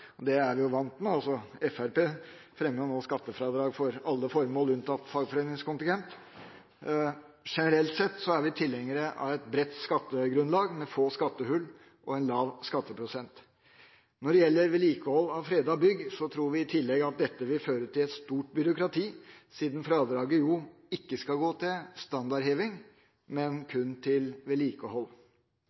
Det er vi jo vant til. Fremskrittspartiet fremmer jo nå skattefradrag for alle formål unntatt fagforeningskontingent. Generelt sett er vi tilhengere av et bredt skattegrunnlag med få skattehull og en lav skatteprosent. Når det gjelder vedlikehold av fredede bygg, tror vi i tillegg at dette vil føre til et stort byråkrati, siden fradraget jo ikke skal gå til standardheving, men kun til vedlikehold.